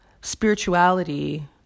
spirituality